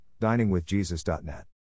diningwithjesus.net